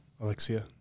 Alexia